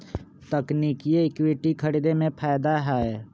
तकनिकिये इक्विटी खरीदे में फायदा हए